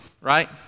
right